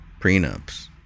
Prenups